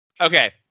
Okay